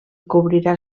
cobrirà